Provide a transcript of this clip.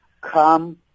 Come